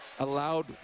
allowed